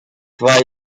war